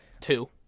two